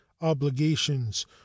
obligations